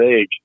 age